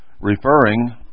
referring